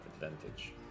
advantage